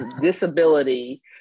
disability